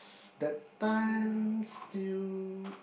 it's that time still